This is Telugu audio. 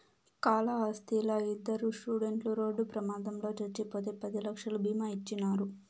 కాళహస్తిలా ఇద్దరు స్టూడెంట్లు రోడ్డు ప్రమాదంలో చచ్చిపోతే పది లక్షలు బీమా ఇచ్చినారు